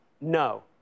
No